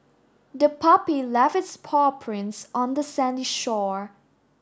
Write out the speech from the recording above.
the puppy left its paw prints on the sandy shore